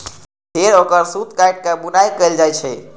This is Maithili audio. फेर ओकर सूत काटि के बुनाइ कैल जाइ छै